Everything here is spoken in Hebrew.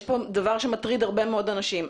יש פה דבר שמטריד הרבה מאוד אנשים.